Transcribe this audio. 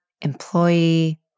employee